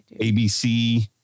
ABC